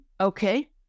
okay